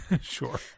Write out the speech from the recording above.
Sure